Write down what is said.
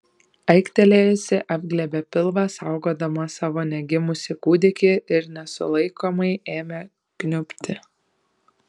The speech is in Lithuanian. aiktelėjusi apglėbė pilvą saugodama savo negimusį kūdikį ir nesulaikomai ėmė kniubti